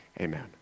Amen